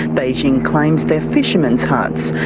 beijing claims they're fishermen's huts.